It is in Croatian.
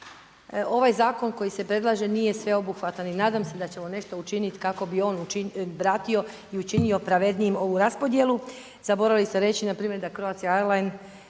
ovaj zakon koji se predlaže nije sveobuhvatan i nadam se da ćemo nešto učiniti kako bi on vratio i učinio pravednijim ovu raspodjelu. Zaboravili ste reći da npr. Croatia Airlines